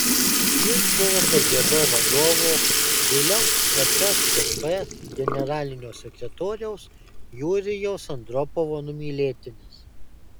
jis buvo kgb vadovo vėliau sskp generalinio sekretoriaus jurijaus andropovo numylėtinis